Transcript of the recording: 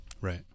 Right